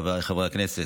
חבריי חברי הכנסת.